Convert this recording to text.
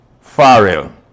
Farrell